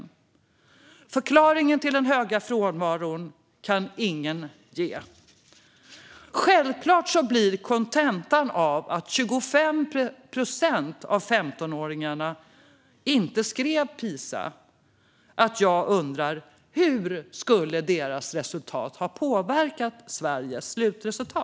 Någon förklaring till den höga frånvaron kan ingen ge. Att 25 procent av 15-åringarna inte skrev PISA leder självklart till att jag undrar hur deras resultat skulle ha påverkat Sveriges slutresultat.